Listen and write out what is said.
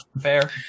Fair